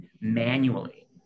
manually